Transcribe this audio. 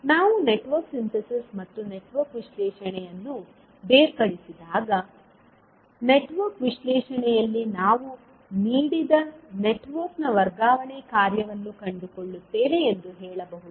ನಾವು network synthesis ಮತ್ತು network ವಿಶ್ಲೇಷಣೆ ಅನ್ನು ಬೇರ್ಪಡಿಸಿದಾಗ ನೆಟ್ವರ್ಕ್ ವಿಶ್ಲೇಷಣೆಯಲ್ಲಿ ನಾವು ನೀಡಿದ ನೆಟ್ವರ್ಕ್ನ ವರ್ಗಾವಣೆ ಕಾರ್ಯವನ್ನು ಕಂಡುಕೊಳ್ಳುತ್ತೇವೆ ಎಂದು ಹೇಳಬಹುದು